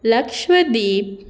Lakshadweep